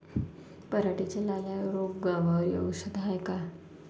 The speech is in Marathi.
पराटीच्या लाल्या रोगावर औषध हाये का?